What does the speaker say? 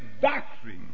doctrine